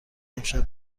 امشب